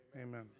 Amen